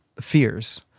fears